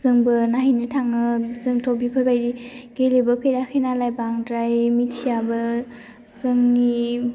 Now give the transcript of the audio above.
जोंबो नायहैनो थाङो जोंथ' बेफोरबायदि गेलेबो फेराखै नालाय बांद्राय मिथियाबो जोंनि